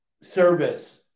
service